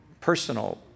personal